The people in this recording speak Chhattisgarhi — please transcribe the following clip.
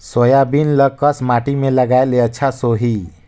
सोयाबीन ल कस माटी मे लगाय ले अच्छा सोही?